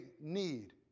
need